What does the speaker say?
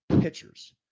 Pitchers